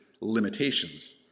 limitations